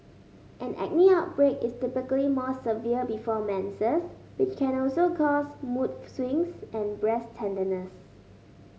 an acne outbreak is typically more severe before menses which can also cause mood swings and breast tenderness